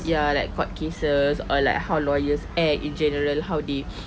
ya like court cases or like how lawyers act in general how they